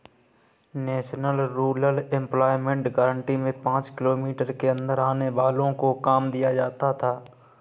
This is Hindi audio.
नेशनल रूरल एम्प्लॉयमेंट गारंटी में पांच किलोमीटर के अंदर आने वालो को काम दिया जाता था